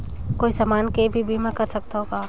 कोई समान के भी बीमा कर सकथव का?